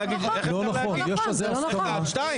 זה לא נכון, זה לא נכון.